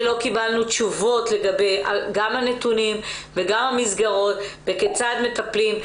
שלא קיבלנו תשובות גם לגבי הנתונים וגם המסגרות וכיצד מטפלים.